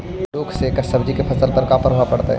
लुक से सब्जी के फसल पर का परभाव पड़तै?